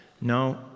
No